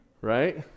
right